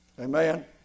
Amen